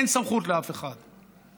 אין סמכות לאף אחד.